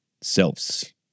selves